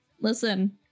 Listen